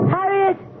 Harriet